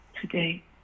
today